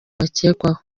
bakekwaho